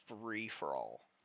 free-for-all